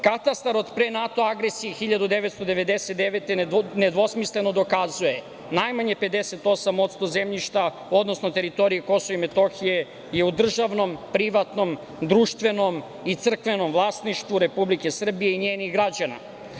Katastar od pre NATO agresije 1999. godine nedvosmisleno dokazuje da je najmanje 58% zemljišta, odnosno teritorije KiM u državnom, privatnom, društvenom i crkvenom vlasništvu Republike Srbije i njenih građana.